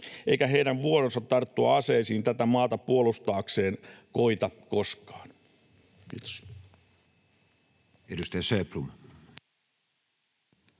eikä heidän vuoronsa tarttua aseisiin tätä maata puolustaakseen koita koskaan. — Kiitos. [Speech